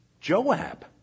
Joab